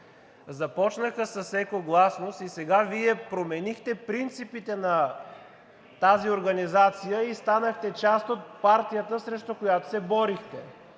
започнаха с „Екогласност“, сега Вие променихте принципите на тази организация и станахте част от партията, срещу която се борихте.